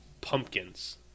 pumpkins